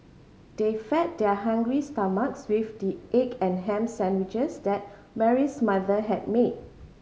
they fed their hungry stomachs with the egg and ham sandwiches that Mary's mother had made